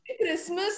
Christmas